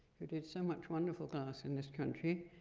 who did so much wonderful glass in this country,